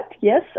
Yes